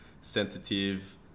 sensitive